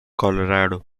colorado